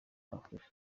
afurika